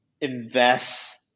invest